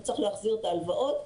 הוא צריך להחזיר הלוואות,